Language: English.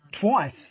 twice